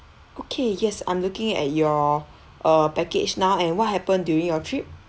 okay yes I'm looking at your uh package now and what happened during your trip